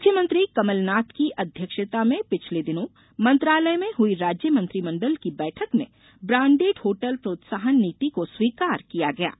मुख्यमंत्री कमल नाथ की अध्यक्षता में पिछले दिनों मंत्रालय में हुई राज्य मंत्रिमंडल की बैठक में ब्रॉण्डेड होटल प्रोत्साहन नीति को स्वीकार किया गया था